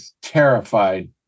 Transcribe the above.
terrified